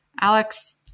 Alex